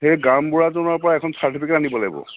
সেই গাওঁবুঢ়াজনৰ পৰা এখন চাৰ্টিফিকেট আনিব লাগিব